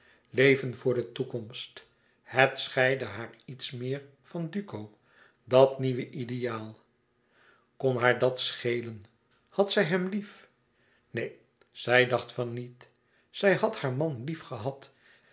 leven voor de toekomst het scheidde haar iets meer van duco dat nieuwe ideaal kon haar dat schelen had zij hem lief neen zij dacht van niet zij had haar man